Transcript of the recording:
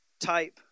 type